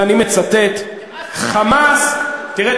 ואני מצטט: "חמאס" תראה,